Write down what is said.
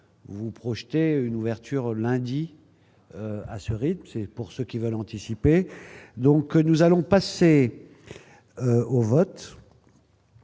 vous projetez une ouverture lundi. à ce rythme, c'est pour ceux qui veulent anticiper, donc nous allons passer au vote